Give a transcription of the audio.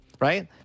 Right